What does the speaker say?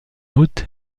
août